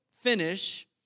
finish